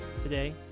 today